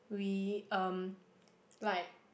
we um like